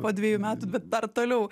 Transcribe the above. po dviejų metų bet dar toliau